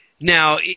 Now